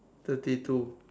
thirty two